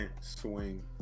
swing